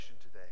today